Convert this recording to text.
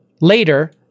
later